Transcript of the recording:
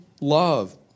love